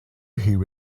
hear